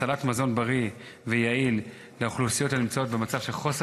הצלת מזון בריא ויעיל לאוכלוסיות שנמצאות במצב של חוסר